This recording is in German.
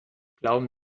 glauben